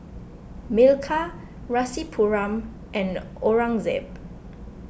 Milkha Rasipuram and Aurangzeb